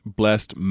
blessed